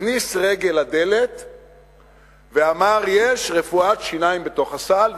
הכניס רגל לדלת ואמר: יש רפואת שיניים בתוך הסל.